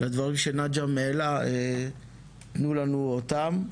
לדברים שנג'ם העלה, תנו לנו אותם.